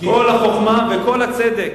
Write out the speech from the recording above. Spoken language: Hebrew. כל החוכמה וכל הצדק.